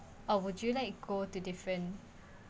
or would you like go to different